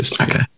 Okay